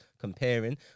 comparing